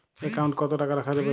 Account কত টাকা রাখা যাবে?